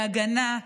בהגנה,